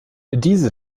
diese